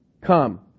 come